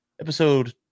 episode